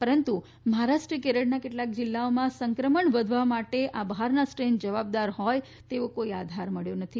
પરંતુ મહારાષ્ટ્ર કેરળના કેટલાક જીલ્લામાં સંક્રમણ વધવા માટે આ બહારના સ્ટ્રેન જવાબદાર હોય તેવો કોઇ આધાર મળ્યો નથી